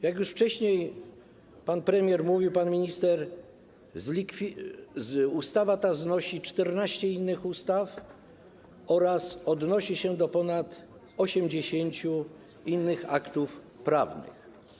Jak już wcześniej mówili pan premier, pan minister, ustawa ta znosi 14 innych ustaw oraz odnosi się do ponad 80 innych aktów prawnych.